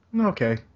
Okay